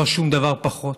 לא שום דבר פחות,